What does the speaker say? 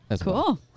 Cool